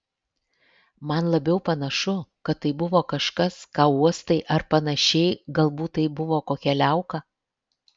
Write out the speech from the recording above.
man labiau panašu kad tai buvo kažkas ką uostai ar panašiai galbūt tai buvo kokia liauka